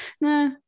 nah